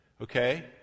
okay